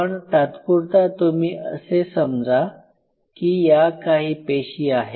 पण तात्पुरता तुम्ही असे समजा की या काही पेशी आहेत